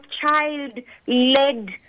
child-led